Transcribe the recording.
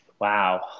Wow